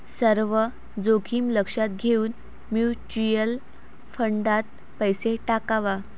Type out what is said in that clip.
सर्व जोखीम लक्षात घेऊन म्युच्युअल फंडात पैसा टाकावा